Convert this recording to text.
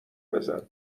بزن